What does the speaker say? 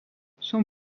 son